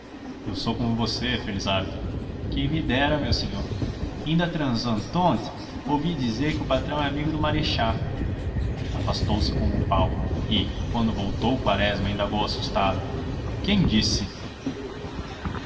eu sou como você felizardo quem me dera meu sinhô inda trasantonte ouvi dizê que o patrão é amigo do marechá afastou-se com o pau e quando voltou quaresma indagou assustado quem disse